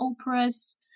operas